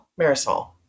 marisol